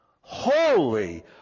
Holy